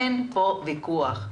אין כאן ויכוח.